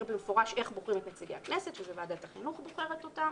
במפורש איך בוחרים את נציגי הכנסת שוועדת החינוך בוחרת אותם,